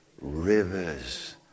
Rivers